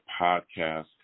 Podcast